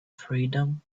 freedom